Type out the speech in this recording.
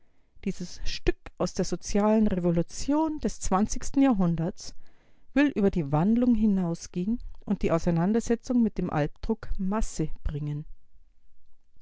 dieses stück aus der sozialen revolution des zwanzigsten jahrhunderts will über die wandlung hinausgehen und die auseinandersetzung mit dem albdruck masse bringen